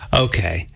okay